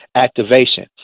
activation